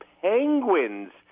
Penguins